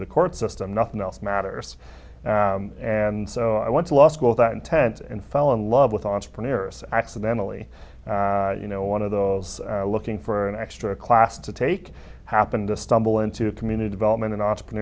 the court system nothing else matters and so i went to law school that intent and fell in love with entrepreneurs accidentally you know one of those looking for an extra class to take happened to stumble into a community development and